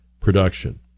production